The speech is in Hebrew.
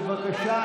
בבקשה,